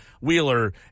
Wheeler